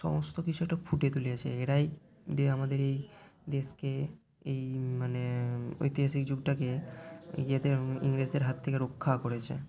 সমস্ত কিছু একটা ফুটিয়ে তুলেছে এরাই আমাদের এই দেশকে এই মানে ঐতিহাসিক যুগটাকে নিজেদের ইংরেজদের হাত থেকে রক্ষা করেছে